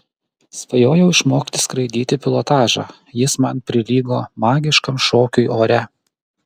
svajojau išmokti skraidyti pilotažą jis man prilygo magiškam šokiui ore